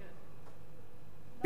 ביטול פומביות הדיון בבית-המשפט,